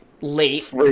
late